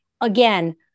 Again